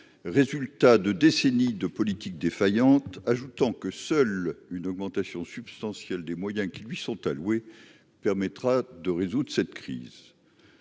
résultat de décennies de politique défaillante, ajoutant que seule une augmentation substantielle des moyens qui lui sont alloués, permettra de résoudre cette crise,